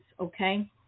okay